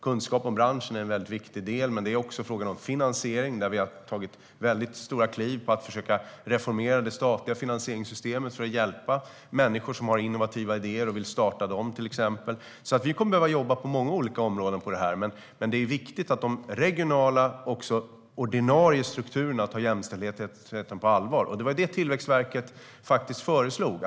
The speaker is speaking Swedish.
Kunskap om branschen är en väldigt viktig del, men det är också fråga om finansiering. Vi har tagit väldigt stora kliv för att försöka reformera det statliga finansieringssystemet i syfte att hjälpa människor som till exempel har innovativa idéer och vill göra verklighet av dem. Vi kommer att behöva jobba på många olika områden, men det är viktigt att också de ordinarie regionala strukturerna tar jämställdheten på allvar, och det var detta Tillväxtverkets förslag gällde.